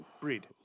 Breed